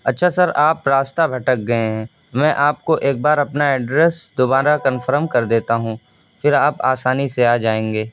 اچّھا سر آپ راستہ بھٹک گئے ہیں میں آپ کو ایک بار اپنا ایڈریس دوبارہ کنفرم کر دیتا ہوں پھر آپ آسانی سے آجائیں گے